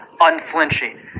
unflinching